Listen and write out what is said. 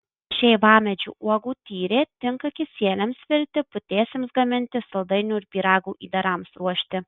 šeivamedžių uogų tyrė tinka kisieliams virti putėsiams gaminti saldainių ir pyragų įdarams ruošti